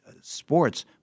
sports